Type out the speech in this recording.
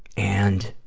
and,